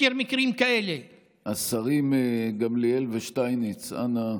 מכיר מקרים כאלה, השרים גמליאל ושטייניץ, אנא.